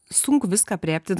sunku viską aprėpti